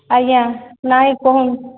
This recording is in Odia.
ଆଜ୍ଞା ନାଇଁ କହୁନ୍